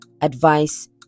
advice